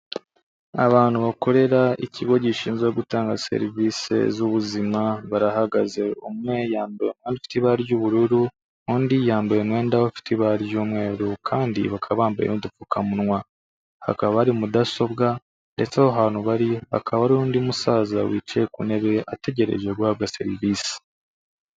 Abantu bakorera ikigo gishinzwe gutanga serivisi z'ubuzima, barahagaze umwe yambaye umwenda afite ibara ry'ubururu, undi yambaye umwenda ufite ibara ry'umweru, kandi bakaba bambaye udupfukamunwa, hakaba hari mudasobwa, ndetse aho hantu bari hakaba hari undi musaza wicaye ku ntebe ategereje guhabwa serivisi.